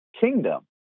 kingdom